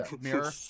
mirror